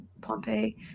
Pompeii